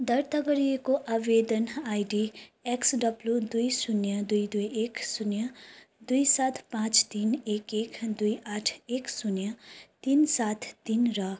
दर्ता गरिएको आवेदन आइडी एक्स डब्लु दुई शून्य दुई दुई एक शून्य दुई सात पाँच तिन एक एक दुई आठ एक शून्य तिन सात तिन र